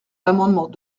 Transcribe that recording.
l’amendement